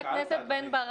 שאלת, אדוני.